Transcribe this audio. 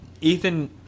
Ethan